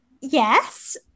yes